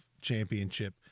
championship